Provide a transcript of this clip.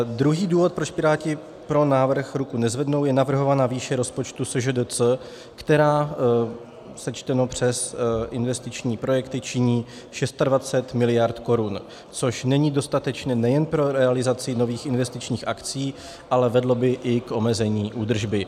Druhý důvod, proč Piráti pro návrh ruku nezvednou, je navrhovaná výše rozpočtu SŽDC, která sečteno přes investiční projekty činí 26 mld. korun, což není dostatečné nejen pro realizaci nových investičních akcí, ale vedlo by i k omezení údržby.